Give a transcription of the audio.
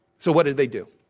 so, what did they do?